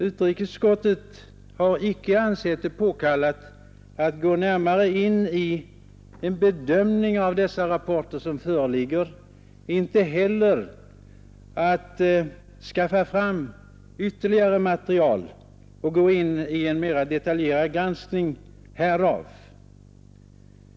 Utrikesutskottet har inte ansett det påkallat att gå närmare in i en bedömning av dessa rapporter och inte heller att skaffa fram ytterligare material och gå in i en mera detaljerad granskning av det.